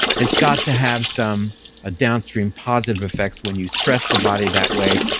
has got to have some ah downstream positive effects when you stress the body that way,